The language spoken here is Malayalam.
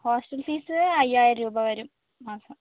ഹോസ്റ്റൽ ഫീസ് അയ്യായിരം രൂപ വരും മാസം